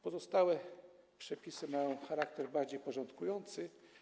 Pozostałe przepisy maja charakter bardziej porządkujący.